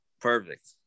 Perfect